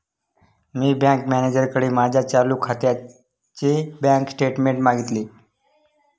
मी bank मॅनेजरकडे माझ्या चालू खात्याचे बँक स्टेटमेंट्स मागितले